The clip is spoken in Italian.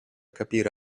capire